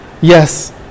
Yes